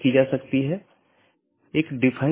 तो यह कुछ सूचित करने जैसा है